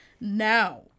Now